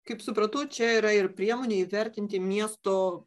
kaip supratau čia yra ir priemonė įvertinti miesto